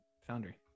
Foundry